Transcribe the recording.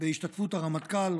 בהשתתפות הרמטכ"ל,